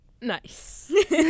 nice